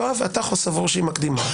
אתה סבור שהיא מקדימה.